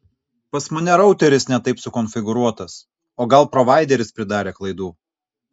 pas mane routeris ne taip sukonfiguruotas o gal provaideris pridarė klaidų